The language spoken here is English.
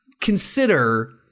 consider